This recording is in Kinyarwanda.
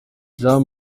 jean